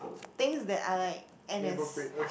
things that are like N_S